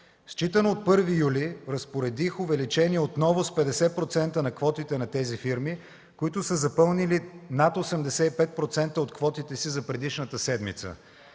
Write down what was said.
Считано от 1 юли разпоредих отново увеличение с 50% на квотите на тези фирми, които са запълнили над 85% от квотите си за предишната седмица.